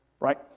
Right